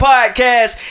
Podcast